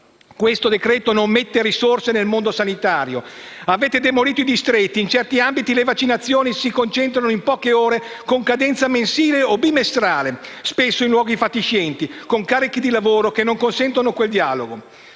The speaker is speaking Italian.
Questo decreto non mette risorse nel mondo sanitario. Avete demolito i distretti e in certi ambiti le vaccinazioni si concentrano in poche ore, con cadenza mensile o bimestrale, spesso in luoghi fatiscenti, con carichi di lavoro che non consentono quel dialogo.